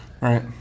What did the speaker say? Right